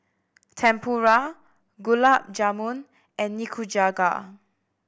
Tempura Gulab Jamun and Nikujaga